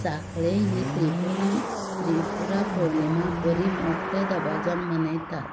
सांखळे ही त्रिपुर्णा त्रिपुरा पोर्णिमा बरी मोठ्ठ्या दबाज्यान मनयतात